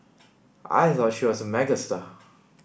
I thought she was a megastar